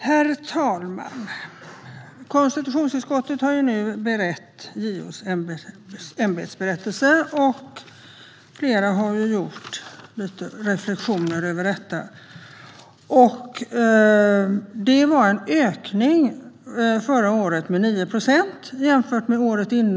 Herr talman! Konstitutionsutskottet har nu berett JO:s ämbetsberättelse, och flera har gjort reflektioner över detta. Förra året skedde det en ökning med 9 procent jämfört med året innan.